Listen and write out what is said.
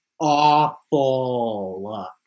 awful